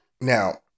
Now